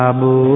Abu